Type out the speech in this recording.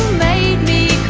made me